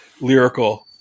lyrical